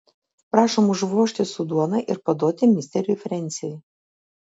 prašom užvožti su duona ir paduoti misteriui frensiui